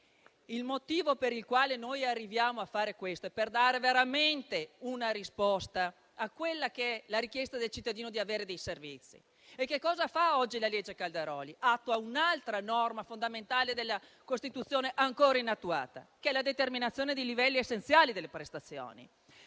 Il motivo per il quale noi arriviamo a questo provvedimento è per dare veramente una risposta a quella che è la richiesta del cittadino di avere dei servizi. Che cosa fa oggi la legge Calderoli? Attua un'altra norma fondamentale della Costituzione ancora inattuata, e cioè la determinazione dei livelli essenziali delle prestazioni.